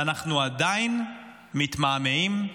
ואנחנו עדיין מתמהמהים.